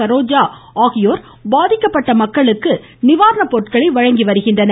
சரோஜா பாதிக்கப்பட்ட மக்களுக்கு நிவாரண பொருட்களை வழங்கி வருகின்றனர்